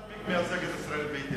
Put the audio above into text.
למה אתה תמיד מייצג את ישראל ביתנו?